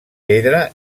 pedra